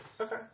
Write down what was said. Okay